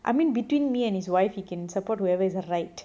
I mean between me and his wife he can support whoever is right